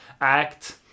act